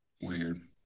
Weird